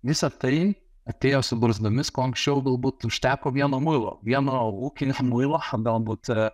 visa tai atėjo su barzdomis ko anksčiau galbūt užteko vieno muilo vieno ūkinio muilo o gal būt